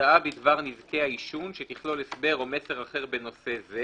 למודעה בדבר נזקי העישון שתכלול הסבר או מסר אחר בנושא זה"